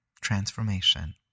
transformation